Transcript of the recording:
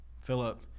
Philip